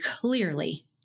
clearly